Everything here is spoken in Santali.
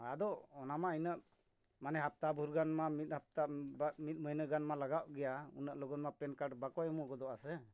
ᱟᱫᱚ ᱚᱱᱟᱢᱟ ᱤᱱᱟᱹᱜ ᱢᱟᱱᱮ ᱦᱟᱯᱛᱟ ᱵᱷᱳᱨ ᱜᱟᱱ ᱢᱟ ᱢᱤᱫ ᱦᱟᱯᱛᱟ ᱢᱤᱫ ᱢᱟᱹᱦᱱᱟᱹ ᱜᱟᱱ ᱢᱟ ᱞᱟᱜᱟᱜ ᱜᱮᱭᱟ ᱩᱱᱟᱹᱜ ᱞᱚᱜᱚᱱ ᱢᱟ ᱯᱮᱱ ᱠᱟᱨᱰ ᱵᱟᱠᱚ ᱮᱢ ᱜᱚᱫᱚᱜᱼᱟ ᱥᱮ